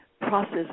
process